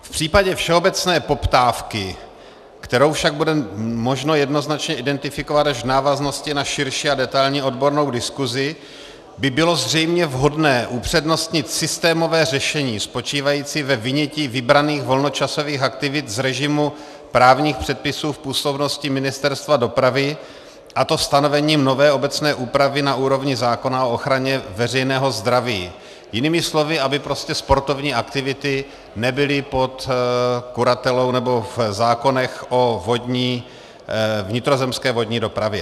V případě všeobecné poptávky, kterou však bude možno jednoznačně identifikovat až v návaznosti na širší a detailní odbornou diskusi, by bylo zřejmě vhodné upřednostnit systémové řešení spočívající ve vynětí vybraných volnočasových aktivit z režimu právních předpisů v působnosti Ministerstva dopravy, a to stanovením nové obecné úpravy na úrovni zákona o ochraně veřejného zdraví, jinými slovy, aby prostě sportovní aktivity nebyly pod kuratelou, nebo v zákonech o vnitrozemské vodní dopravě.